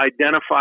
identify